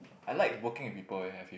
I like working with people eh I feel